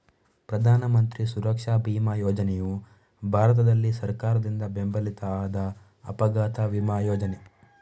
ಪ್ರಧಾನ ಮಂತ್ರಿ ಸುರಕ್ಷಾ ಬಿಮಾ ಯೋಜನೆಯು ಭಾರತದಲ್ಲಿ ಸರ್ಕಾರದಿಂದ ಬೆಂಬಲಿತ ಆದ ಅಪಘಾತ ವಿಮಾ ಯೋಜನೆ